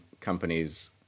companies